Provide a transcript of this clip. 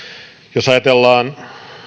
jos ajatellaan